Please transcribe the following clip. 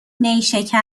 نیشکر